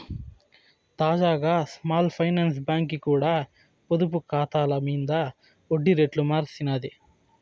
తాజాగా small finance బాంకీ కూడా పొదుపు కాతాల మింద ఒడ్డి రేట్లు మార్సినాది